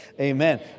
Amen